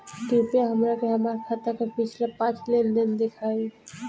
कृपया हमरा के हमार खाता के पिछला पांच लेनदेन देखाईं